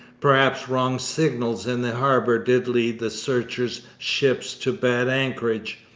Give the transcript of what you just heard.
perhaps wrong signals in the harbours did lead the searchers' ships to bad anchorage.